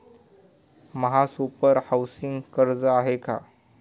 महासुपर हाउसिंग कर्ज आहे का?